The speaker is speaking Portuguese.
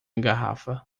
garrafa